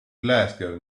glasgow